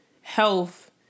health